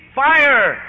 fire